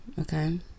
okay